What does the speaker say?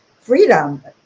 freedom